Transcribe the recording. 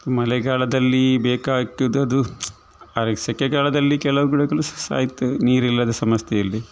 ಮಳೆಗಾಲದಲ್ಲಿ ಬೇಕಾಗ್ತದದು ಹಾಗಾಗಿ ಸೆಕೆಗಾಲದಲ್ಲಿ ಕೆಲವು ಗಿಡಗಳು ಸಾಯ್ತವೆ ನೀರಿಲ್ಲದೇ ಸಮಸ್ಯೆ ಇಲ್ಲಿ